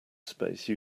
space